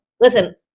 listen